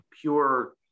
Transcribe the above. pure